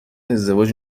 ازدواج